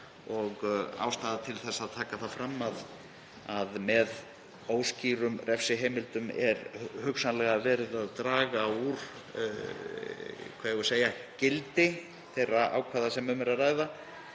og ástæða til að taka það fram að með óskýrum refsiheimildum sé hugsanlega verið að draga úr gildi þeirra ákvæða sem um er að ræða.